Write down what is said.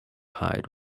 hide